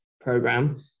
program